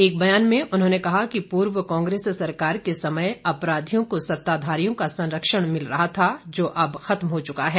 एक बयान में उन्होंने कहा कि पूर्व कांग्रेस सरकार के समय अपराधियों को सत्ताधारियों का संरक्षण मिल रहा था जो अब खत्म हो चुका है